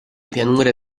pianure